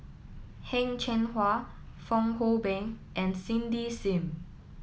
Heng Cheng Hwa Fong Hoe Beng and Cindy Sim